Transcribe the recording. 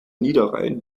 niederrhein